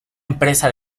empresa